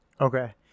Okay